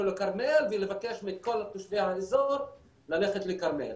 לכרמיאל ולבקש מכל תושבי האזור ללכת לכרמיאל.